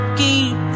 keep